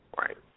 Right